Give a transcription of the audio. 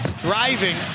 Driving